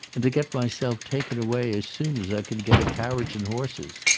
and to get myself taken away as soon as i could get a carriage and horses.